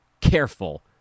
careful